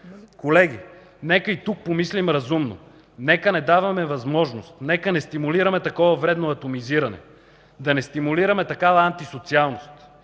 Колеги, нека и тук помислим разумно. Нека не даваме възможност, нека не стимулираме такова вредно атомизиране. Да не стимулираме такава антисоциалност.